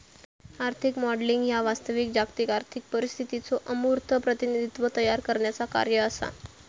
आर्थिक मॉडेलिंग ह्या वास्तविक जागतिक आर्थिक परिस्थितीचो अमूर्त प्रतिनिधित्व तयार करण्याचा कार्य असा